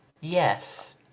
Yes